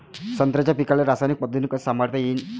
संत्र्याच्या पीकाले रासायनिक पद्धतीनं कस संभाळता येईन?